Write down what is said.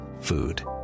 food